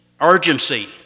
urgency